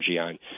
on